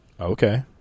Okay